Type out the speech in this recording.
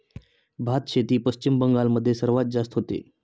भातशेती पश्चिम बंगाल मध्ये सर्वात जास्त होते